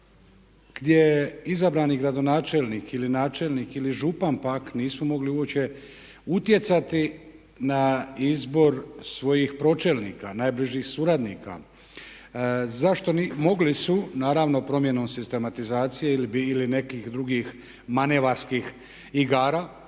je izabrani gradonačelnik ili načelnik ili župan pak nisu mogli uopće utjecati na izbor svojih pročelnika, najbližih suradnika. Mogli su, naravno promjenom sistematizacije ili nekih drugih manevarskih igara.